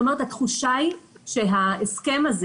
התחושה היא שההסכם הזה